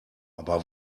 aber